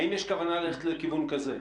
האם יש כוונה ללכת לכיוון כזה?